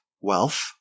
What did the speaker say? wealth